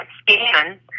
scan